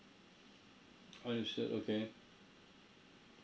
understood okay